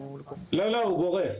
לא, לא, הוא גורף.